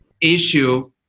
issue